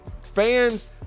Fans